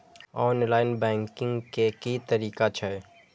Online banking के की तरीका छै?